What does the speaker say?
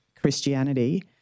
Christianity